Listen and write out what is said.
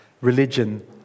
Religion